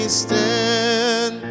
stand